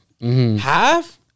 Half